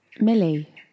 Millie